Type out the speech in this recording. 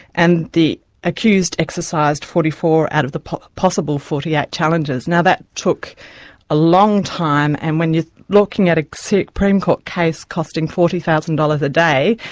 and the accused exercised forty four out of a possible forty eight challenges. now that took a long time, and when you're looking at a supreme court case costing forty thousand dollars a day,